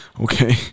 okay